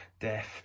death